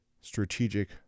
strategic